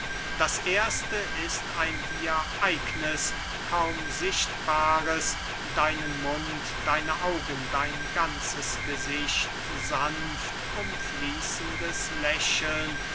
das erste ist ein dir eignes kaum sichtbares deinen mund deine augen dein ganzes gesicht sanft umfließendes lächeln